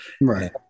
Right